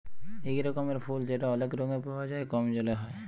ইক রকমের ফুল যেট অলেক রঙে পাউয়া যায় কম জলে হ্যয়